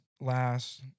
last